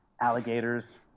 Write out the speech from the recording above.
alligators